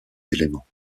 éléments